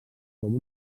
com